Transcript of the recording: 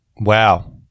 Wow